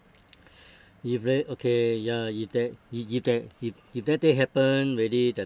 if really okay ya if that if if that if if that day happen already